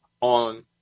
on